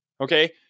Okay